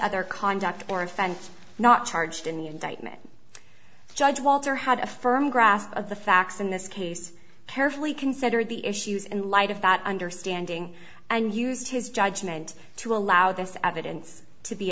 other conduct or offense not charged in the indictment judge walter had a firm grasp of the facts in this case carefully considered the issues in light of that understanding and used his judgment to allow this evidence to be